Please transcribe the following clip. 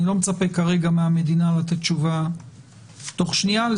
אני לא מצפה כרגע מן המדינה לתת על זה תשובה תוך שנייה,